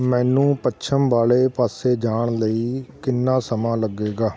ਮੈਨੂੰ ਪੱਛਮ ਵਾਲੇ ਪਾਸੇ ਜਾਣ ਲਈ ਕਿੰਨਾ ਸਮਾਂ ਲੱਗੇਗਾ